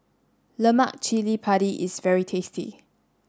Lemak Cili Padi is very tasty